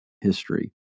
history